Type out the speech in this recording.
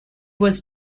was